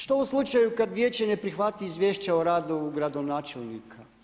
Što u slučaju kad vijeće ne prihvati izvješća o radu gradonačelnika?